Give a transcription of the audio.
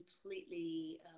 completely